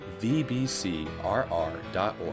vbcrr.org